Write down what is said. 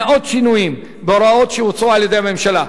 מאות שינויים בהוראות שהוצעו על-ידי הממשלה,